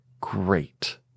great